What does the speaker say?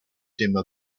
dimmer